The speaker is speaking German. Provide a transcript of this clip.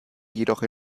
jedoch